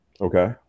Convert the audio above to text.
Okay